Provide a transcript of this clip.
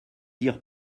dire